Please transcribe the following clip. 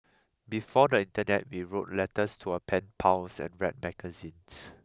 before the internet we wrote letters to our pen pals and read magazines